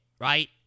right